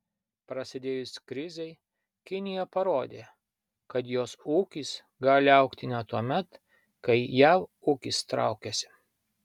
prasidėjus krizei kinija parodė kad jos ūkis gali augti net tuomet kai jav ūkis traukiasi